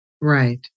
right